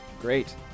Great